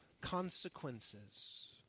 consequences